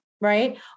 right